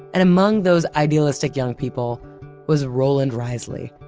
and among those idealistic young people was roland reisley.